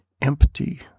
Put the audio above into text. empty